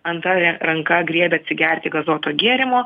antra ra ranka griebia atsigerti gazuoto gėrimo